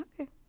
okay